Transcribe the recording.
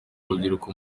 rubyiruko